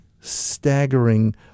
staggering